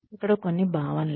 ఇక్కడ కొన్ని భావనలు